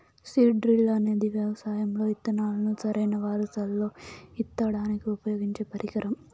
seed drill అనేది వ్యవసాయం లో ఇత్తనాలను సరైన వరుసలల్లో ఇత్తడానికి ఉపయోగించే పరికరం